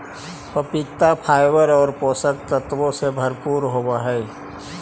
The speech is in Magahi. पपीता फाइबर और पोषक तत्वों से भरपूर होवअ हई